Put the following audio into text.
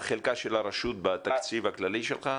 במשפחה אתה יכול להגיד מה חלקה של הרשות בתקציב הכללי שלך?